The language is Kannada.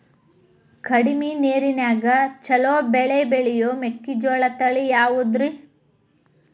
ಕಡಮಿ ನೇರಿನ್ಯಾಗಾ ಛಲೋ ಬೆಳಿ ಬೆಳಿಯೋ ಮೆಕ್ಕಿಜೋಳ ತಳಿ ಯಾವುದ್ರೇ?